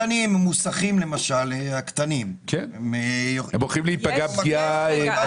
קחי למשל את המוסכים הקטנים --- הם הולכים להיפגע פגיעה משמעותית.